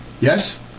Yes